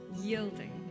yielding